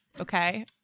okay